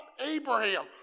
Abraham